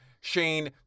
Shane